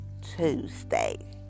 Tuesday